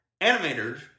animators